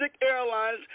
airlines